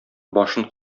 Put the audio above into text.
башын